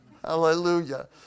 Hallelujah